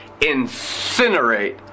incinerate